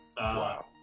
Wow